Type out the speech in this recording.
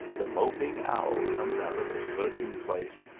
the moping owl comes out of its lurking place,